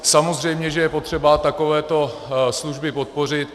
Samozřejmě že je potřeba takovéto služby podpořit.